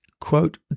Quote